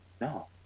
no